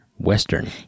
Western